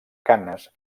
canes